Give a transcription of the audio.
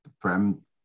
Prem